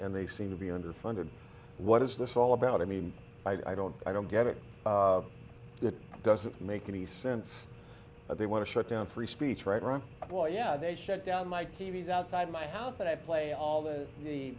and they seem to be under funded what is this all about i mean i don't i don't get it that doesn't make any sense but they want to shut down free speech right right boy yeah they shut down my t v is outside my house that i play all the